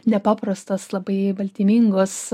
nepaprastas labai baltymingos